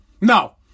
No